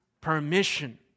permission